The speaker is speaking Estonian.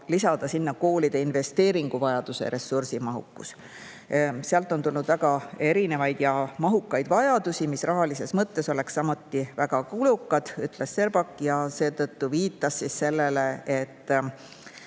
lisada sinna veel koolide investeeringuvajaduse ressursimahukus. Sealt on tulnud väga erinevaid ja mahukaid vajadusi, mis rahalises mõttes oleks samuti väga kulukad, ütles Serbak. Seetõttu viitas ta sellele, et